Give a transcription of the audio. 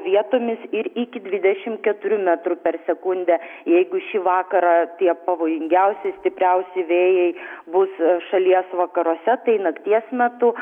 vietomis ir iki dvidešimt keturių metrų per sekundę jeigu šį vakarą tie pavojingiausi stipriausi vėjai bus šalies vakaruose tai nakties metu